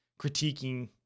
critiquing